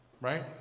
Right